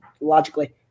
logically